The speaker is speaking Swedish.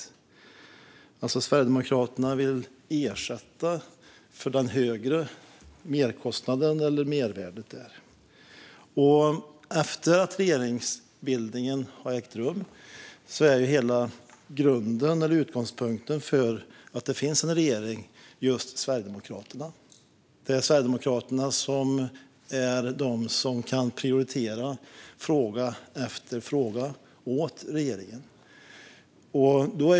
Sverigedemokraterna vill alltså ersätta djurhållarna för merkostnaden. Grunden för nuvarande regerings existens är Sverigedemokraterna, och Sverigedemokraterna kan alltså prioritera fråga efter fråga åt regeringen.